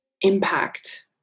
impact